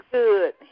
good